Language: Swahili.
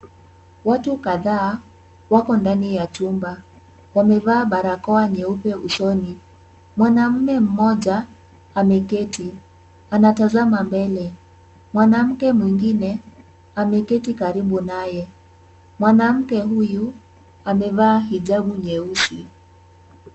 Watu kadhaa wako ndani ya chumba. Wamevaa barakoa nyeupe usoni. Mwanaume mmoja ameketi. Anatazama mbele. Mwanamke mwingine ameketi karibu naye. Mwanamke huyu amevaa hijabu nyeusi.